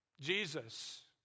Jesus